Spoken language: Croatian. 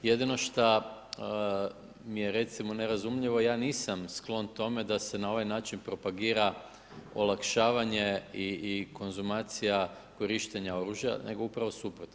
Jedino što mi je recimo nerazumljivo, ja nisam sklon tome, da se na ovaj način propagira olakšavanje i kontumacija korištenje oružja nego upravo suprotno.